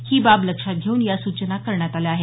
ही बाब लक्षात घेऊन या सूचना करण्यात आल्या आहेत